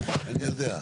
אני יודע.